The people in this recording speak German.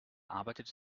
arbeitete